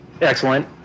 Excellent